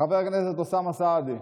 חבר הכנסת אוסאמה סעדי,